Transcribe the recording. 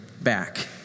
back